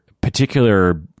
particular